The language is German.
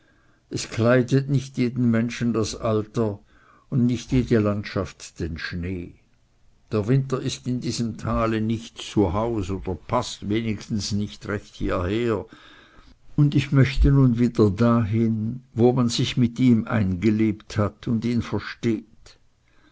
es kleidet nicht jeden menschen das alter und nicht jede landschaft der schnee der winter ist in diesem tale nicht zu haus oder paßt wenigstens nicht recht hierher und ich möchte nun wieder da hin wo man sich mit ihm eingelebt hat und ihn versteht